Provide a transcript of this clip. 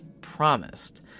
promised